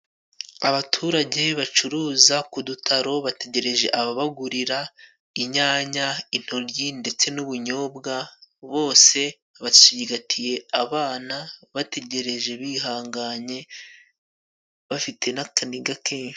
Abaturage bacuruza ku dutaro bategereje ababagurira inyanya, intoryi ndetse n'ubunyobwa, bose bashigatiye abana, bategereje bihanganye bafite n'akaniga kenshi.